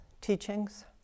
teachings